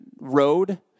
road